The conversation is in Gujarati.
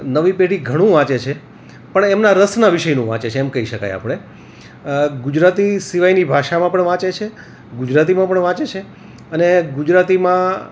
નવી પેઢી ઘણું વાંચે છે પણ એમના રસના વિષયનું વાંચે છે એમ કહી શકાય આપણે ગુજરાતી સિવાયની ભાષામાં પણ વાંચે છે ગુજરાતીમાં પણ વાંચે છે અને ગુજરાતીમાં